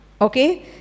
Okay